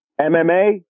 MMA